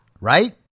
right